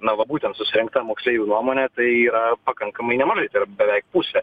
na va būtent susirinkta moksleivių nuomonė tai yra pakankamai nemažai tai yra beveik pusė